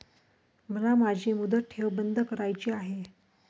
मला माझी मुदत ठेव बंद करायची आहे